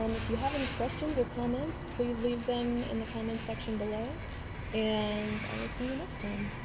um if you have any questions or comments please leave them in the comment section below and i'll see you next time